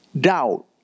Doubt